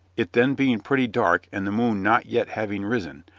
it then being pretty dark and the moon not yet having risen,